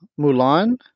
Mulan